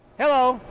hello!